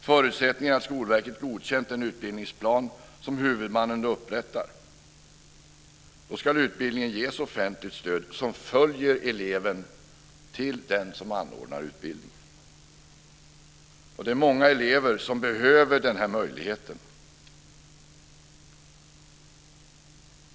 Förutsättningen är att Skolverket har godkänt den utbildningsplan som huvudmannen upprättar. Då ska utbildningen ges offentligt stöd som följer eleven till den som anordnar utbildningen. Det är många elever som behöver den här möjligheten.